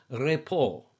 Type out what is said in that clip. repos